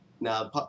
Now